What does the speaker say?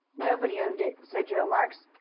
nobody owned it, said joe marks.